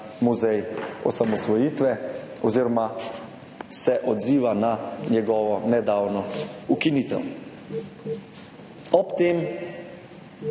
muzej osamosvojitve oziroma se odziva na njegovo nedavno ukinitev. Ob tem